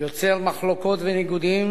יוצר מחלוקות וניגודים,